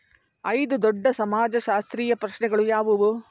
ಐದು ದೊಡ್ಡ ಸಮಾಜಶಾಸ್ತ್ರೀಯ ಪ್ರಶ್ನೆಗಳು ಯಾವುವು?